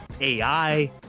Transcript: ai